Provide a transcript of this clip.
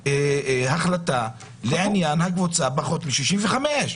החלטה לעניין הקבוצה שהיא בגיל פחות מ-65.